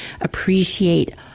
appreciate